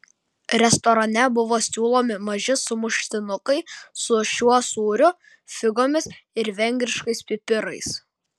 restorane buvo siūlomi maži sumuštinukai su šiuo sūriu figomis ir vengriškais pipirais